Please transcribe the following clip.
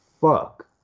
fuck